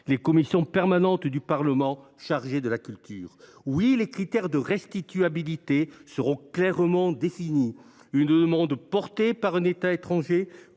les commissions permanentes du Parlement chargées de la culture. Oui, les critères de restituabilité seront clairement définis. Il devra s’agir d’une demande portée par un État étranger